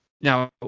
now